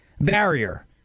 Barrier